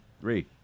Three